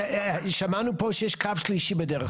שמענו שיש קו שלישי בדרך.